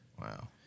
Wow